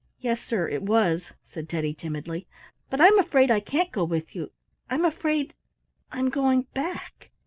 yes, sir, it was, said teddy, timidly but i'm afraid i can't go with you i'm afraid i'm going back,